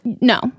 No